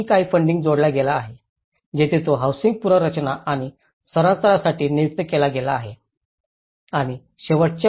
आणखी काही फंडिंग जोडला गेला आहे जेथे तो हाऊसिंग पुनर्रचना आणि स्थानांतरणासाठी नियुक्त केला गेला आहे